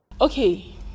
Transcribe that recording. okay